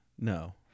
no